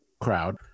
crowd